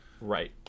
right